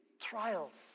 trials